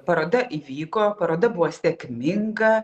paroda įvyko paroda buvo sėkminga